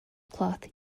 cloth